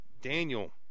Daniel